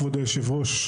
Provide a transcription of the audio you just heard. כבוד היו"ר,